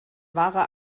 wahrer